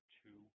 two